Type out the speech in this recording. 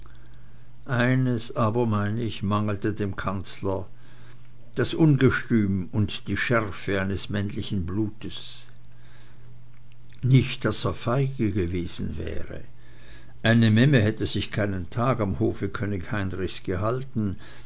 eines aber mein ich mangelte dem kanzler das ungestüm und die schärfe eines männlichen blutes nicht daß er feige gewesen wäre eine memme hätte sich keinen tag am hofe könig heinrichs gehalten